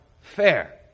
fair